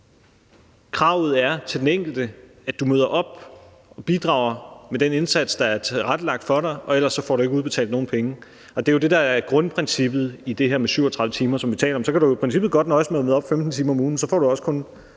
kravet til den enkelte er, at du møder op og bidrager med den indsats, der er tilrettelagt for dig, ellers får du ikke udbetalt nogen penge. Og det er jo det, der er grundprincippet i det her med de 37 timer, som vi taler om. Så kan du jo i princippet godt nøjes med at møde op 15 timer om ugen, men så får du også kun